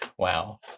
Wow